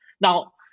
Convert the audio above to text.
Now